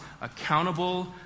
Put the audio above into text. accountable